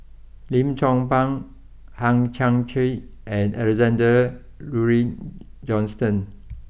Lim Chong Pang Hang Chang Chieh and Alexander Laurie Johnston